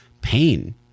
pain